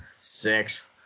six